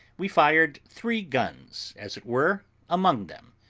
we fired three guns, as it were among them,